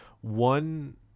One